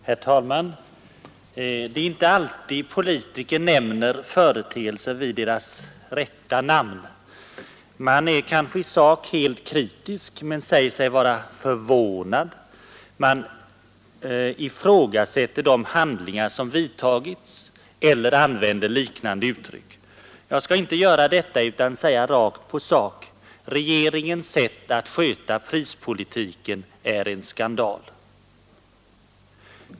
Herr talman! Det är inte alltid politiker nämner företeelser vid deras rätta namn. Man är kanske i sak helt kritisk men säger sig vara ”förvånad”, man ”ifrågasätter de handlingar som vidtagits” eller använder liknande uttryck. Jag ska inte göra detta utan säga rakt på sak: regeringens sätt att sköta prispolitiken är en skandal.